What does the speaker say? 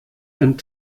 and